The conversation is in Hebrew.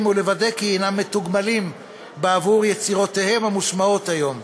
ולוודא כי הם מתוגמלים בעבור יצירותיהם המושמעות היום.